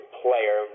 player